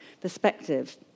perspective